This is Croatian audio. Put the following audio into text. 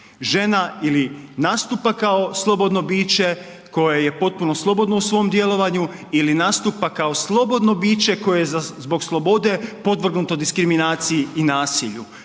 Žena ili nastupa kao slobodno biće koje je potpuno slobodno u svom djelovanju ili nastupa kao slobodno biće koje je zbog slobode podvrgnuto diskriminaciji i nasilju,